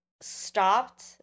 stopped